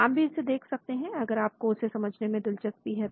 आप भी इसे देख सकते हैं अगर आपको उसे समझने में दिलचस्पी है